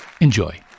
Enjoy